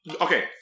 Okay